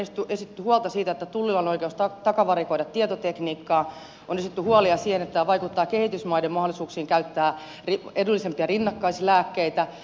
on esitetty huolta siitä että tullilla on oikeus takavarikoida tietotekniikkaa on esitetty huolta siitä että tämä vaikuttaa kehitysmaiden mahdollisuuksiin käyttää edullisempia rinnakkaislääkkeitä